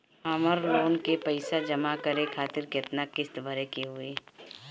हमर लोन के पइसा जमा करे खातिर केतना किस्त भरे के होई?